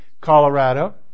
Colorado